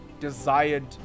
desired